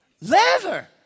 Leather